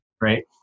right